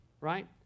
right